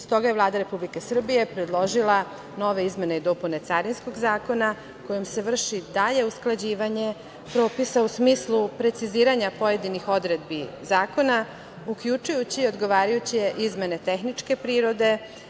Stoga je Vlada Republike Srbije predložila nove izmene i dopune Carinskog zakona kojim se vrši dalje usklađivanje propisa u smislu preciziranja pojedinih odredbi zakona, uključujući odgovarajuće izmene tehničke prirode.